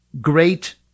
great